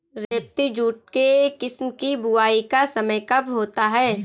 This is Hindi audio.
रेबती जूट के किस्म की बुवाई का समय कब होता है?